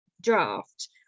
draft